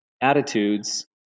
attitudes